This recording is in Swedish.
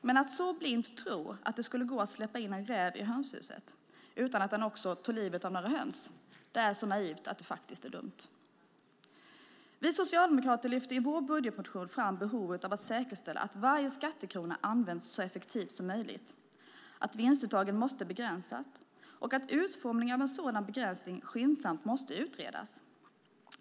Men att blint tro att det skulle gå att släppa in en räv i hönshuset utan att den skulle ta livet av några höns är så naivt att det är dumt. Vi socialdemokrater lyfter i vår budgetmotion fram behovet av att säkerställa att varje skattekrona används så effektivt som möjligt, att vinstuttagen måste begränsas och att utformningen av en sådan begränsning skyndsamt måste utredas.